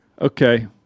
Okay